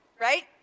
right